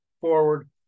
forward